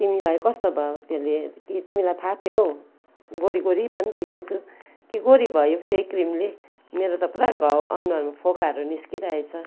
तिमीलाई कस्तो भयो त्यसले कि तिमीलाई फाप्यो हौ गोरी गोरी पनि देख्दैछु कि गोरी भयौ त्यही क्रिमले मेरो त पुरा घाउ अनुहारमा फोकाहरू निस्किरहेछ